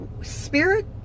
Spirit